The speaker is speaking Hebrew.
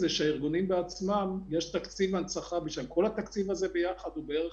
אני עובר לנושא הבא.